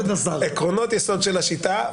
עקרונות יסוד של השיטה,